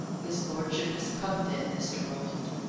his lordship is come, then, mr. roland?